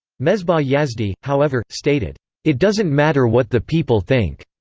mesbah yazdi, however, stated it doesn't matter what the people think.